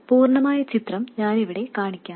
പൂർണ്ണമായ ചിത്രം ഞാൻ ഇവിടെ കാണിക്കാം